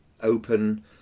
open